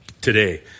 today